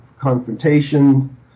confrontation